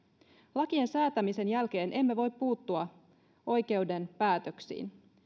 lakien säätämisen jälkeen emme voi puuttua oikeuden päätöksiin